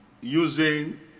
using